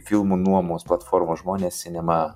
filmų nuomos platformą žmonės sinema